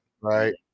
Right